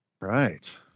Right